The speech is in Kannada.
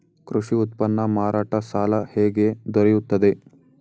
ಕೃಷಿ ಉತ್ಪನ್ನ ಮಾರಾಟ ಸಾಲ ಹೇಗೆ ದೊರೆಯುತ್ತದೆ?